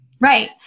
Right